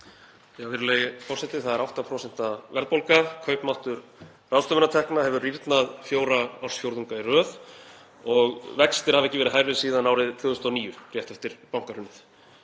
Virðulegi forseti. Það er 8% verðbólga. Kaupmáttur ráðstöfunartekna hefur rýrnað fjóra ársfjórðunga í röð og vextir hafa ekki verið hærri síðan árið 2009, rétt eftir bankahrunið.